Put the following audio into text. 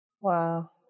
Wow